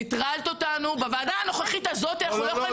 נטרלת אותנו בוועדה הנוכחית הזאת אנחנו לא יכולים